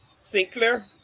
Sinclair